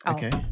Okay